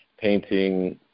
painting